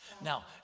now